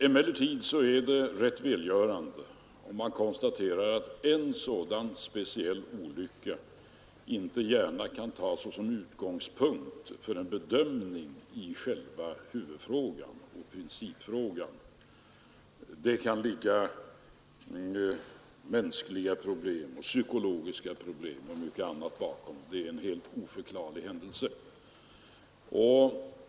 Emellertid är det rätt välgörande om man konstaterar att en sådan speciell olycka inte gärna kan tas såsom utgångspunkt för bedömning i själva huvudfrågan — principfrågan. Det kan ligga mänskliga problem och psykologiska problem och mycket annat bakom. Det är en helt oförklarlig händelse.